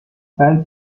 بلکه